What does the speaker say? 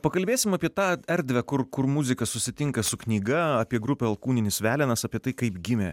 pakalbėsim apie tą erdvę kur kur muzika susitinka su knyga apie grupę alkūninis velenas apie tai kaip gimė